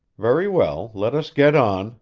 very well let us get on,